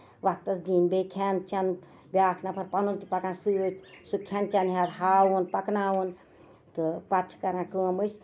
وَقتَس دِنۍ بیٚیہِ کھٮ۪ن چین بیاکھ نَفر پَنُن تہِ پَکان سۭتۍ سُہ کھٮ۪ن چین ہیتھ ہاوُن پَکناوُن تہٕ پَتہٕ چھِ کران کٲم أسۍ